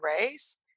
race